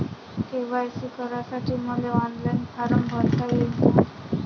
KYC करासाठी मले online form भरता येईन का?